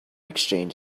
exchange